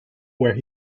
where